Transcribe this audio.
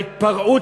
וההתפרעות,